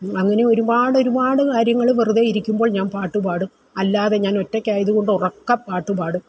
അങ്ങനെ ഒരുപാട് ഒരുപാട് കാര്യങ്ങൾ വെറുതെ ഇരിക്കുമ്പോൾ ഞാൻ പാട്ട് പാടും അല്ലാതെ ഞാൻ ഒറ്റയ്ക്കായതുകൊണ്ട് ഉറക്കെ പാട്ടുപാടും